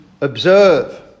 observe